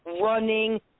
running